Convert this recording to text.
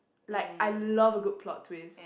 like I love a good plot twist